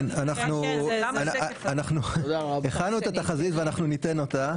כן, הכנו את התחזית ואנחנו ניתן אותה.